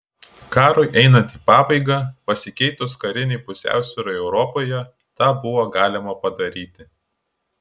karui einant į pabaigą pasikeitus karinei pusiausvyrai europoje tą buvo galima padaryti